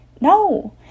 No